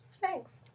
Thanks